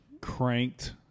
cranked